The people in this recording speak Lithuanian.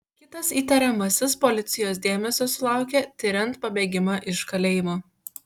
kitas įtariamasis policijos dėmesio sulaukė tiriant pabėgimą iš kalėjimo